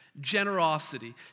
generosity